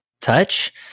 touch